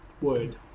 word